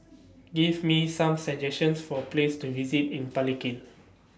Give Me Some suggestions For Places to visit in Palikir